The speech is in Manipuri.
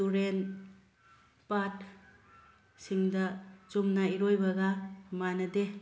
ꯇꯨꯔꯦꯟ ꯄꯥꯠ ꯁꯤꯡꯗ ꯆꯨꯝꯅ ꯏꯔꯣꯏꯕꯒ ꯃꯥꯟꯅꯗꯦ